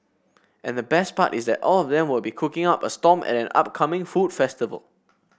and the best part is that all of them will be cooking up a storm at an upcoming food festival